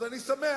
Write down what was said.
אז אני שמח.